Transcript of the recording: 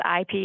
IP